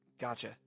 Gotcha